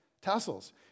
tassels